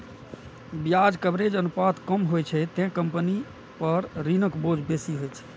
ब्याज कवरेज अनुपात कम होइ छै, ते कंपनी पर ऋणक बोझ बेसी होइ छै